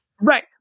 Right